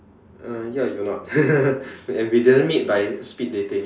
uh ya you're not and we didn't meet by speed dating